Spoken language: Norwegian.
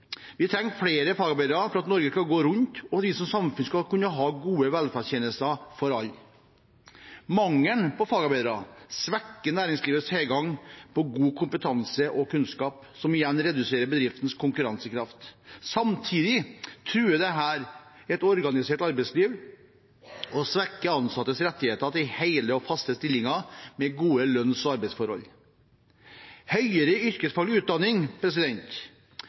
Vi trenger flere fagarbeidere for at Norge skal gå rundt, og at vi som samfunn skal kunne ha gode velferdstjenester for alle. Mangelen på fagarbeidere svekker næringslivets tilgang på god kompetanse og kunnskap, som igjen reduserer bedriftenes konkurransekraft. Samtidig truer dette et organisert arbeidsliv og svekker ansattes rettigheter til hele og faste stillinger med gode lønns- og arbeidsforhold. Høyere yrkesfaglig utdanning: